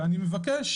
ומבקש